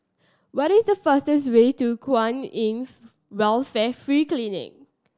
what is the fastest way to Kwan In Welfare Free Clinic